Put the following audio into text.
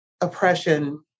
oppression